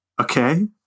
okay